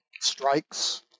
Strikes